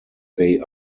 they